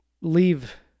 leave